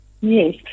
Yes